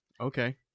Okay